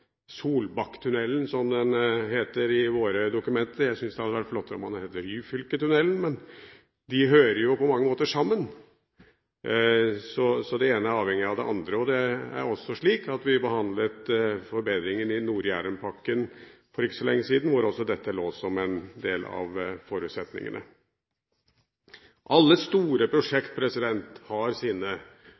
som den heter i våre dokumenter – jeg syns det hadde vært flottere om den hadde hett Ryfylketunnelen – hører jo på mange måter sammen. Det ene er avhengig av det andre. Det er også slik at vi behandlet forbedringen i Nord-Jærenpakken for ikke så lenge siden. Da lå også dette som en del av forutsetningene. Alle store prosjekt har sine